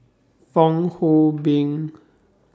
Fong Hoe Beng